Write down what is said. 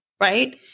right